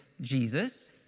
Jesus